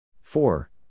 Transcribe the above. Four